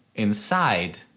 inside